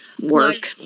work